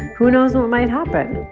who knows what might happen?